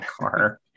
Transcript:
car